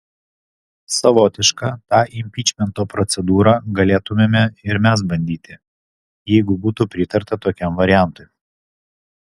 savotišką tą impičmento procedūrą galėtumėme ir mes bandyti jeigu būtų pritarta tokiam variantui